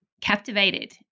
captivated